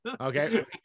okay